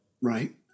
Right